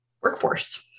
workforce